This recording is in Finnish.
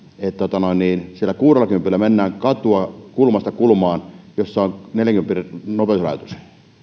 että siellä kuuttakymppiä mennään kulmasta kulmaan katua jolla on neljänkympin nopeusrajoitus